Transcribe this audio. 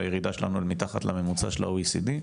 והירידה שלנו מתחת לממוצע של ה-OCD.